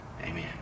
amen